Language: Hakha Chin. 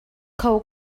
kho